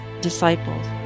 disciples